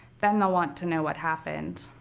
then they'll want to know what happened.